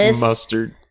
mustard